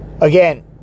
Again